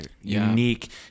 unique